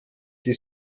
die